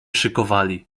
szykowali